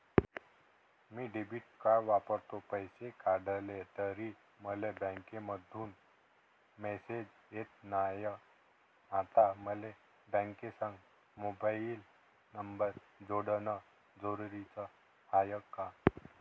मी debit card वापरतो, पैसे काढले तरी मले बँकेमंधून मेसेज येत नाय, आता मले बँकेसंग मोबाईल नंबर जोडन जरुरीच हाय का?